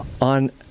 On